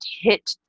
hit